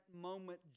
moment